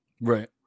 right